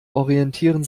orientieren